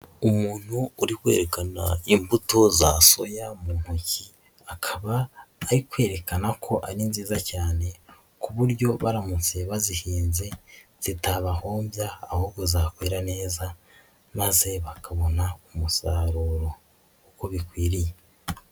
Umuntu uri kwerekana imbuto za soya mu ntoki, akaba ari kwerekana ko ari nziza cyane ku buryo baramutse bazihinze zitabahombya ahubwo zakwera neza maze bakabona umusaruro uko bikwiriye.